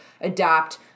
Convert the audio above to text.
adapt